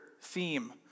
theme